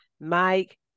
mike